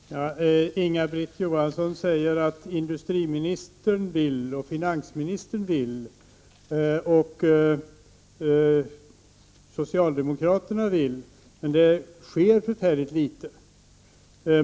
Fru talman! Inga-Britt Johansson säger: Industriministern vill, finansministern vill, socialdemokraterna vill. Men det sker mycket litet.